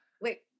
wait